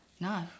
No